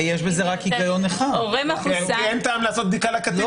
כי אין טעם לעשות בדיקה לקטין,